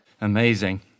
amazing